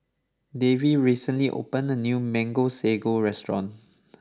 Davie recently opened a new Mango Sago restaurant